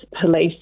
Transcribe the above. Police